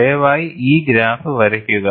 ദയവായി ഈ ഗ്രാഫ് വരയ്ക്കുക